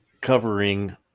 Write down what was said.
covering